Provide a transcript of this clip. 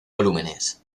volúmenes